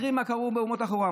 תראי מה קרה באומות אחרות,